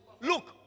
look